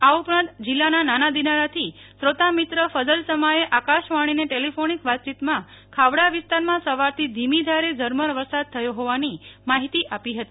આ ઉપરાંત જિલ્લાના નાના દિનારાથી શ્રોતામિત્ર ફઝલ સમાએ આકાશવાણીને ટેલિફોનિક વાયચીતમાં ખાવડા વિસ્તારમાં સવારથી ધીમીધારે ઝરમર વરસાદ થયો હોવાની માહિતી આપી હતી